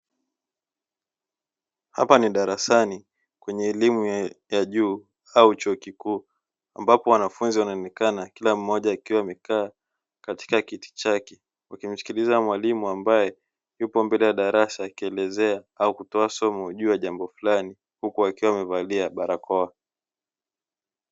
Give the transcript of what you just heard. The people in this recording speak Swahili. Hapa ni darasani kwenye elimu ya juu au chuo kikuu, ambapo wanafunzi wanaonekana kila mmoja akiwa amekaa katika kiti chake, wakimsikiliza Mwalimu ambaye yupo mbele ya darasa, kuelezea au kutoa somo juu ya jambo fulani huku akiwa amevalia barako.